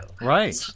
Right